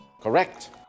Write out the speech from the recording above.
Correct